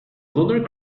lunar